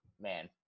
Man